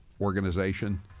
Organization